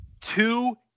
two